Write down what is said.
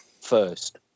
first